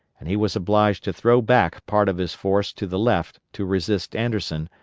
and he was obliged to throw back part of his force to the left to resist anderson,